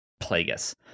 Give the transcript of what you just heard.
Plagueis